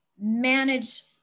manage